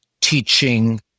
teaching